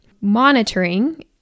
Monitoring